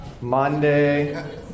Monday